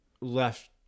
left